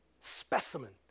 specimen